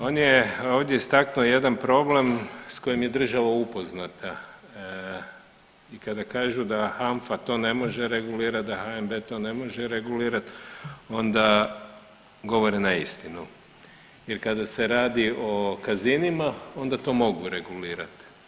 On je ovdje istaknuo jedan problem s kojim je država upoznata, i kada kažu da HANFA to ne može regulirat, da HNB to ne može regulirat onda govore neistinu jer kada se radi i o kazinima onda to mogu regulirat.